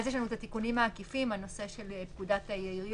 ויש לנו את התיקונים העקיפים: הנושא של פקודת העיריות,